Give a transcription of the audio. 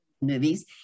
movies